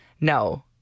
no